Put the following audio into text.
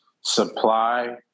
Supply